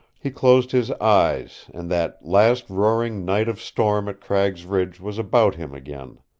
he closed his eyes and that last roaring night of storm at cragg's ridge was about him again.